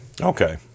Okay